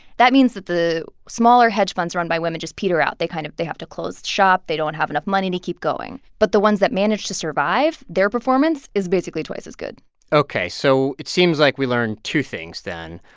that means that the smaller hedge funds run by women just peter out they kind of they have to close shop. they don't have enough money to keep going. but the ones that manage to survive, their performance is basically twice as good ok, so it seems like we learned two things, then.